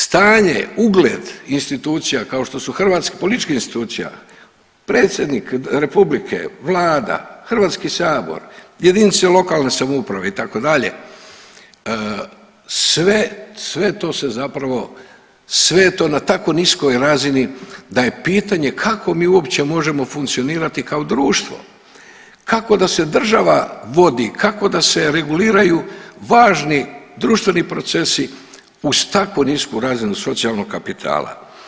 Stanje, ugled institucija kao što su političkih institucija predsjednik Republike, vlada, HS, jedinice lokalne samouprave itd., sve to se zapravo sve je to na tako niskoj razini da je pitanje kako mi uopće možemo funkcionirati kao društvo, kako da se država vodi, kako da se reguliraju važni društveni procesi uz tako nisku razinu socijalnog kapitala.